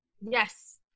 Yes